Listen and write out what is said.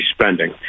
spending